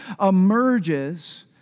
emerges